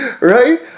right